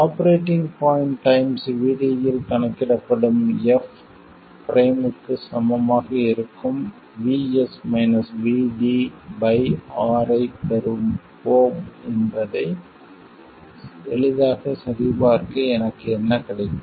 operating point times VD இல் கணக்கிடப்படும் f ப்ரைமுக்கு சமமாக இருக்கும் R ஐப் பெறுவோம் என்பதை எளிதாகச் சரிபார்க்க எனக்கு என்ன கிடைக்கும்